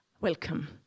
Welcome